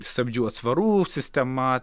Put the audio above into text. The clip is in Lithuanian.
stabdžių atsvarų sistema